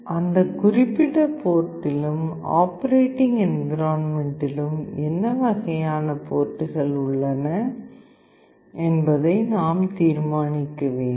அந்த குறிப்பிட்ட போர்டிலும் ஆப்பரேட்டிங் என்விரான்மென்ட்டிலும் என்ன வகையான போர்ட்டுகள் உள்ளன என்பதை நாம் தீர்மானிக்க வேண்டும்